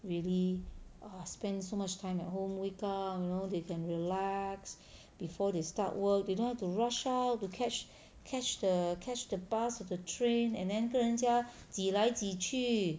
really spend so much time at home wake up you know they can relax before they start work they don't have to rush out to catch catch the catch the bus or the train and then 跟人家挤来挤去